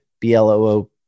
B-L-O-O